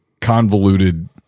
convoluted